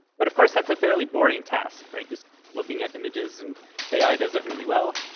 but of course, that's a fairly boring task, right? just looking at images, and ai does that really well.